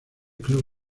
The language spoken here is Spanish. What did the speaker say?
club